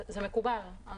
זה מקובל.